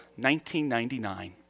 1999